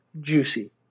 juicy